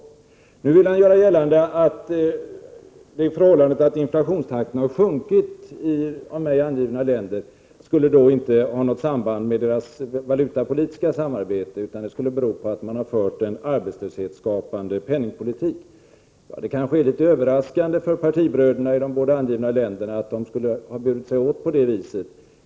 Nu vill finansministern göra gällande att det förhållandet att inflationstakten har sjunkit i av mig angivna länder inte skulle ha något samband med deras valutapolitiska samarbete utan skulle bero på att de har fört en arbetslöshetsskapande penningpolitik. Det är kanske litet överraskande för partibröderna i de båda angivna länderna att de skulle ha burit sig åt på det viset.